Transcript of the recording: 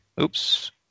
oops